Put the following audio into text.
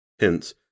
Hence